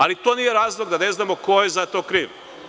Ali, to nije razlog da ne znamo ko je za to kriv.